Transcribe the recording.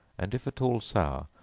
and if at all sour,